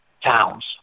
towns